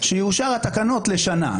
שיאושרו התקנות לשנה.